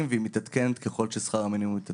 והיא מתעדכנת ככל ששכר המינימום מתעדכן.